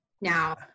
now